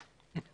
חבר הכנסת כסיף.